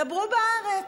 דברו בארץ.